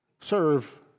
serve